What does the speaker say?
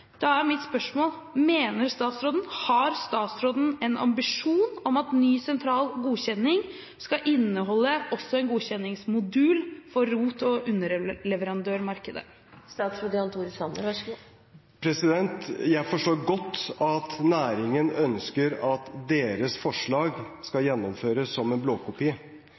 Da er mitt spørsmål: Har statsråden en ambisjon om at ny sentral godkjenning skal inneholde også en godkjenningsmodul for ROT- og underleverandørmarkedet? Jeg forstår godt at næringen ønsker at deres forslag skal gjennomføres som en blåkopi.